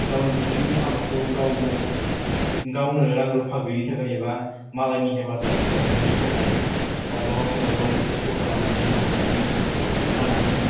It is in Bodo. गावनि दुब्लिनि आबादखौ गाव गावनो रां रुफा गैयिनि थाखाय एबा मालायनि हेफाजाब मोनिनि थाखाय माब्लाबा समाव गावनो खस्थ' खालामनानै गावनो हारसिंनो हानानै